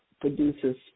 produces